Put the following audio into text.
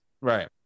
Right